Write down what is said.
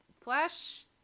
Flash